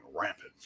rampant